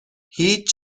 هیچ